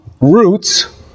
roots